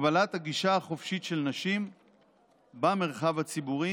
הגבלת הגישה החופשית של נשים במרחב הציבורי